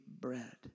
bread